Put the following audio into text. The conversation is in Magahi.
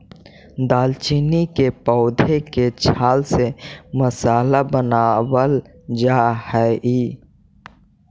दालचीनी के पौधे के छाल से मसाला बनावाल जा हई